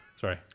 Sorry